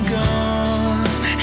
gone